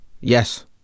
yes